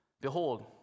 Behold